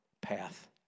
path